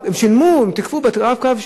הם שילמו ותיקפו את ה"רב-קו".